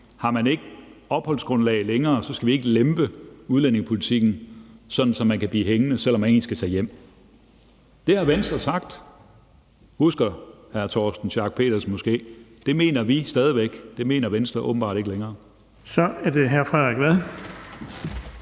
Har man ikke opholdsgrundlag længere, skal vi ikke lempe udlændingepolitikken, sådan at man kan blive hængende, selv om man egentlig skal tage hjem. Det har Venstre sagt, husker hr. Torsten Schack Pedersen måske. Det mener vi stadig væk, men det mener Venstre åbenbart ikke længere. Kl. 18:27 Den fg.